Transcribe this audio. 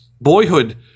Boyhood